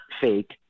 fake